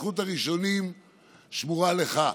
זכות הראשונים שמורה לך.